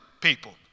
people